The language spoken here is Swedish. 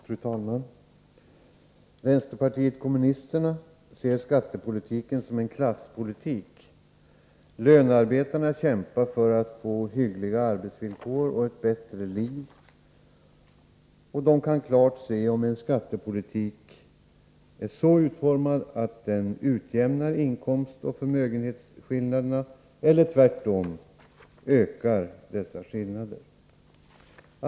Fru talman! Vänsterpartiet kommunisterna ser skattepolitiken som en klasspolitik. Lönearbetarna kämpar för att få hyggliga arbetsvillkor och ett bättre liv. De kan klart se om en skattepolitik är så utformad att den utjämnar inkomstoch förmögenhetsskillnaderna eller tvärtom ökar dessa skillnader.